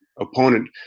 opponent